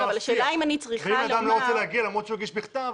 ואם אדם לא רוצה להגיע למרות שהוא הגיש בכתב,